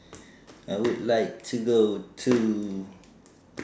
I would like to go to